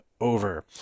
over